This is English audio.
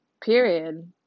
period